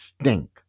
stink